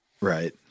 Right